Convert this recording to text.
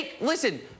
listen